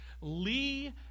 Lee